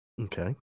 okay